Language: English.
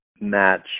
match